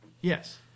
Yes